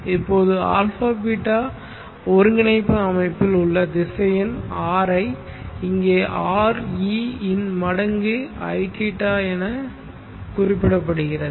இப்போது α β ஒருங்கிணைப்பு அமைப்பில் உள்ள திசையன் R ஐ இங்கே R e இன் மடங்கு iθ என குறிப்பிடப்படுகிறது